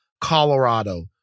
Colorado